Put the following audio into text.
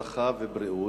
רווחה ובריאות,